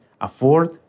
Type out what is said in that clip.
afford